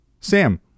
Sam